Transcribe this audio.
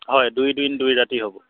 হয় দুই দিন দুই ৰাতি হ'ব